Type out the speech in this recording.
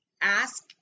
ask